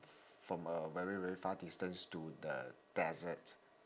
from a very very far distance to the desert